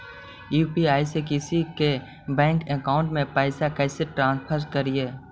UPI से किसी के बैंक अकाउंट में पैसा कैसे ट्रांसफर करी?